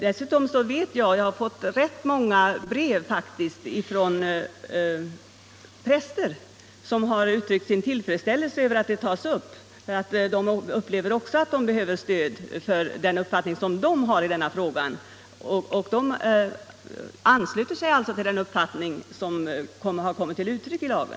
Jag har också fått rätt många brev från präster som uttryckt sin tillfredsställelse över att saken tas upp. De upplever att de behöver stöd för den uppfattning de har i denna fråga, och de ansluter sig alltså till den uppfattning som har kommit till uttryck i lagen.